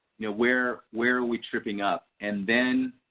where where are we tripping up and then